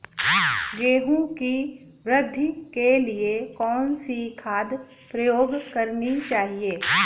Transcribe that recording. गेहूँ की वृद्धि के लिए कौनसी खाद प्रयोग करनी चाहिए?